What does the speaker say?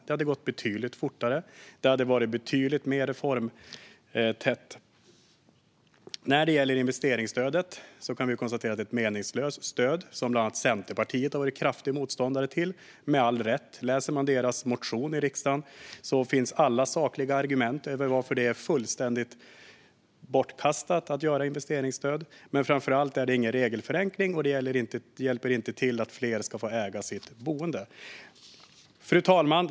Det hade gått betydligt fortare, och det hade varit betydligt mer reformtätt. Investeringsstödet är ett meningslöst stöd, som bland andra Centerpartiet har varit en kraftig motståndare till - med all rätt. I deras riksdagsmotion finns alla sakliga argument för varför investeringsstöd är fullkomligt bortkastat. Men framför allt är det ingen regelförenkling, och det bidrar inte till att fler ska få äga sitt boende. Fru talman!